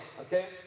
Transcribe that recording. okay